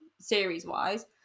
series-wise